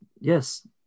Yes